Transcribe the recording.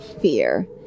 fear